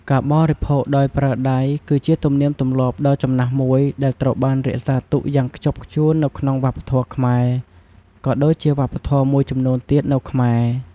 ការបរិភោគដោយប្រើដៃគឺជាទំនៀមទម្លាប់ដ៏ចំណាស់មួយដែលត្រូវបានរក្សាទុកយ៉ាងខ្ជាប់ខ្ជួននៅក្នុងវប្បធម៌ខ្មែរ ក៏ដូចជាវប្បធម៌មួយចំនួនទៀតនៅខ្មែរ។